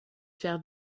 faire